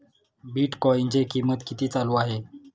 बिटकॉइनचे कीमत किती चालू आहे